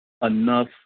enough